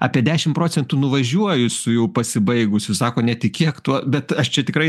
apie dešim procentų nuvažiuoju su jau pasibaigusiu sako netikėk tuo bet aš čia tikrai